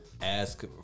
ask